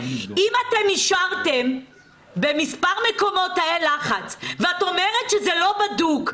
אם אישרתם במספר מקומות תאי לחץ ואת אומרת שזה לא בדוק,